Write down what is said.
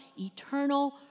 eternal